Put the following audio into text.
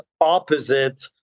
opposite